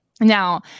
Now